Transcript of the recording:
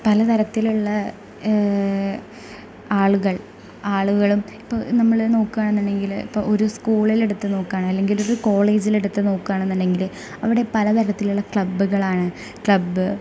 പലതരത്തിലുള്ള ആളുകൾ ആളുകളും ഇപ്പോൾ നമ്മള് നോക്കുകയാണെന്ന് ഉണ്ടെങ്കില് ഇപ്പോൾ ഒരു സ്കൂളില് എടുത്തു നോക്കുകയാണെങ്കില് അല്ലെങ്കിൽ ഒരു കോളേജിൽ എടുത്ത് നോക്കുകയാണെന്ന് ഉണ്ടെങ്കില് അവിടെ പലതരത്തിലുള്ള ക്ലബ്ബുകളാണ് ക്ലബ്ബ്